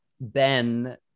Ben